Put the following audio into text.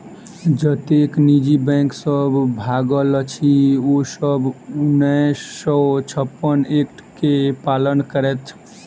जतेक निजी बैंक सब भागल अछि, ओ सब उन्नैस सौ छप्पन एक्ट के पालन करैत छल